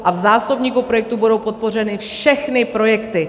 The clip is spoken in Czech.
A v zásobníku projektů budou podpořeny všechny projekty.